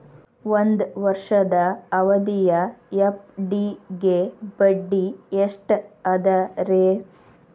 ಒಂದ್ ವರ್ಷದ ಅವಧಿಯ ಎಫ್.ಡಿ ಗೆ ಬಡ್ಡಿ ಎಷ್ಟ ಅದ ರೇ?